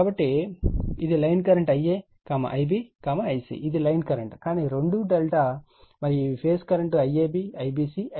కాబట్టి మరియు ఇది line current Ia Ib Ic ఇది లైన్ కరెంట్ కానీ రెండూ ∆ మరియు ఇవి phase current IAB IBC ICA